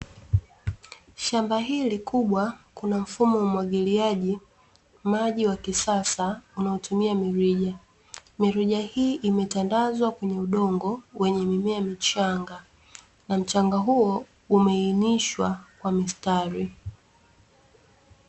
Shamba hili kubwa kuna mfumo wa umwagiliajimaji wa kisasa unaotumia mirija. Mirija hii imetandazwa kwenye udongo wenye mimea michanga na mchanga huo umeinishwa kwa mistari.